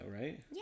right